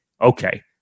okay